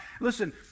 Listen